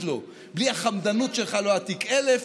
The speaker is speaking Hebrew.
לו: בלי החמדנות שלך לא היה תיק 1000,